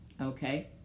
okay